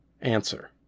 Answer